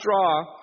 draw